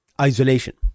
isolation